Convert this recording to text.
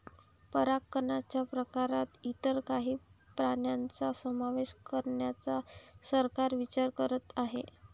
परागकणच्या प्रकारात इतर काही प्राण्यांचा समावेश करण्याचा सरकार विचार करीत आहे